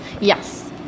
Yes